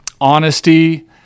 honesty